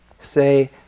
say